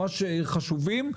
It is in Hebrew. ממש חשובים,